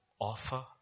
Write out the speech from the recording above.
offer